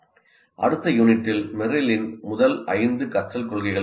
அடுத்த யூனிட்டில் மெர்ரிலின் Merrills முதல் ஐந்து கற்றல் கொள்கைகளைப் பார்ப்போம்